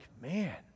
man